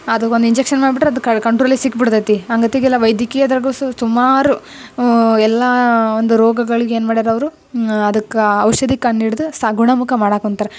ಅದು ಒಂದು ಇಂಜೆಕ್ಷನ್ ಮಾಡ್ಬಿಟ್ರೆ ಅದು ಕಂಟ್ರೋಲಿಗೆ ಸಿಕ್ಬಿಡ್ತೈತೆ ಹಂಗಂತ ಈಗೆಲ್ಲ ವೈದ್ಯಕೀಯದವ್ರಿಗೆ ಸುಮಾರು ಎಲ್ಲ ಒಂದು ರೋಗಗಳಿಗೆ ಏನು ಮಾಡ್ಯಾರೆ ಅವರು ಅದಕ್ಕೆ ಔಷಧಿ ಕಂಡು ಹಿಡಿದು ಸಹ ಗುಣಮುಖ ಮಾಡಕುಂತಾರೆ